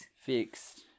fixed